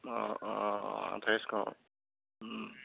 অ' অ' আঠাইছশ